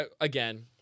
Again